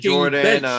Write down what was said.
Jordan